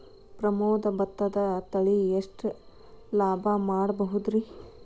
ಪ್ರಮೋದ ಭತ್ತದ ತಳಿ ಎಷ್ಟ ಲಾಭಾ ಮಾಡಬಹುದ್ರಿ?